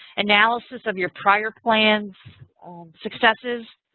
analysis of your prior plans' successes,